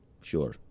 Sure